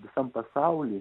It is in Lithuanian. visam pasauly